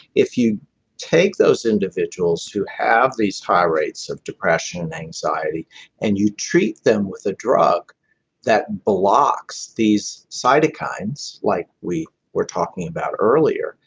if you take those individuals who have these higher rates of depression and anxiety and you treat them with a drug that blocks these cytokines like we were talking about earlier.